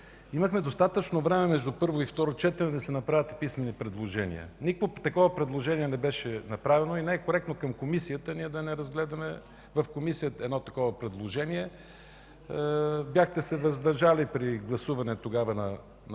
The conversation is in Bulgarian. Имахме достатъчно време между първо и второ четене да се направят писмени предложения. Никакво такова предложение не беше направено и не е коректно към Комисията да не разгледаме в нея едно такова предложение. Бяхте се въздържали при гласуване тогава на